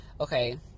okay